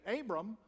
Abram